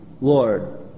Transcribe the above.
Lord